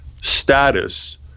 status